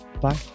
Bye